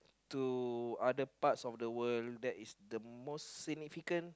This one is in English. to other parts of the world that is the most significant